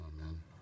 Amen